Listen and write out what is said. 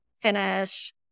finish